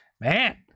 Man